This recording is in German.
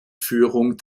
führung